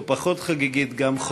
או פחות חגיגית גם,